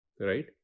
Right